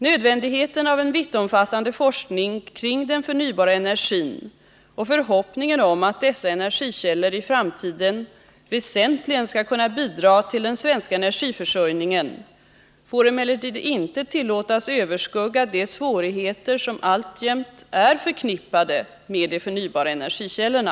Nödvändigheten av en vittomfattande forskning kring den förnybara energin och förhoppningen om att dessa energikällor i framtiden väsentligen skall kunna bidra till den svenska energiförsörjningen får emellertid inte tillåtas överskugga de svårigheter som alltjämt är förknippade med de förnybara energikällorna.